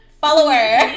follower